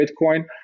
Bitcoin